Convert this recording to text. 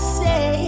say